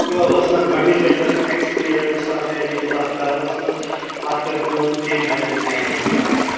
ٲسۍ مےٚ گۄڈٕنِچ لَٹہِ ٲسۍ مےٚ ایٚکٕسپریٖنَس تَتھ یعنی کہ تَتھ کرنَس منٛز پتہٕ کٔر کٲم تٔمۍ ہایہِ مےٚ نَیہِ نَیہِ جایہِ